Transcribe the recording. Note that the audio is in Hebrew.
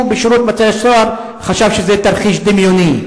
בשירות בתי-הסוהר חשב שזה תרחיש דמיוני.